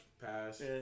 pass